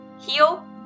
heal